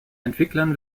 entwicklern